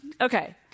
Okay